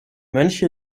mönche